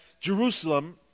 Jerusalem